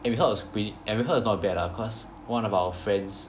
and we heard it was prett~ and we heard it was not bad lah cause one of our friend's